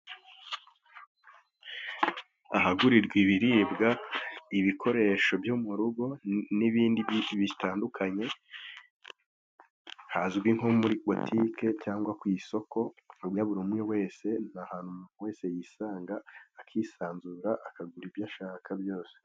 Ahagurirwa ibiribwa, ibikoresho byo mu rugo n'ibindi byinshi bitandukanye, hazwi nko muri butike cyangwa ku isoko, ku buryo buri umwe wese, ahantu umuntu wese yisanga, akisanzura, akagura ibyo ashaka byose.